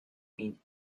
been